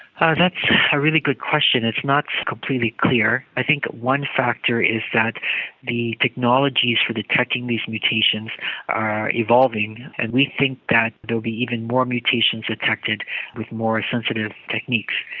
ah and a really good question. it's not completely clear. i think one factor is that the technologies for detecting these mutations are evolving, and we think that there will be even more mutations detected with more sensitive techniques.